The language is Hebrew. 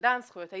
זכויות הילד,